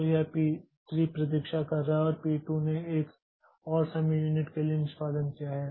तो यह P 3 प्रतीक्षा कर रहा है और P 2 ने 1 और समय यूनिट के लिए निष्पादन किया है